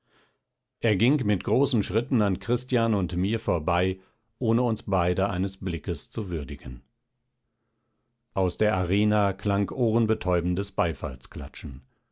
er ging mit großen schritten an christian und mir vorbei ohne uns beide eines blickes zu würdigen aus der arena klang ohrenbetäubendes